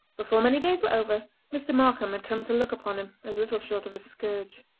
before many days were over mr. markam had come to look upon him as little short of a scourge.